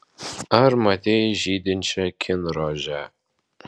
ar matei žydinčią kinrožę